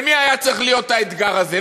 של מי היה צריך להיות האתגר הזה?